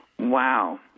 Wow